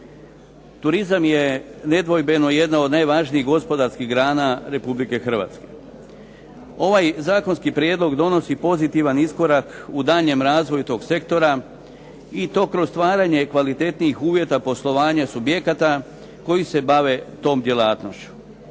Turizam je nedvojbeno jedna od najvažnijih gospodarskih grana Republike Hrvatske. Ovaj zakonski prijedlog donosi pozitiva iskorak u daljnjem razvoju toga sektora i to kroz stvaranje kvalitetnijih uvjeta poslovanja subjekata koji se bave tom djelatnošću.